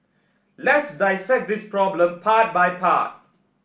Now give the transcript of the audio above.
let's dissect this problem part by part